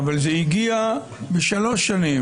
אבל זה הגיע עם 3 שנים.